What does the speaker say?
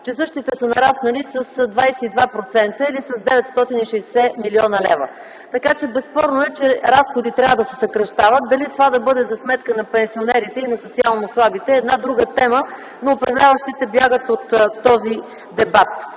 че същите са нараснали с 22% или с 960 млн. лв. Безспорно е, че разходите трябва да се съкращават, но дали това да бъде за сметка на пенсионерите и на социално слабите е друга тема. Управляващите обаче бягат от този дебат.